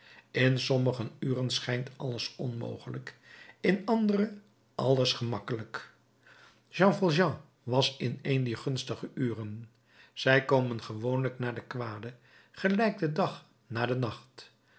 in sommige uren schijnt alles onmogelijk in andere alles gemakkelijk jean valjean was in een dier gunstige uren zij komen gewoonlijk na de kwade gelijk de dag na den nacht